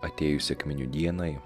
atėjus sekminių dienai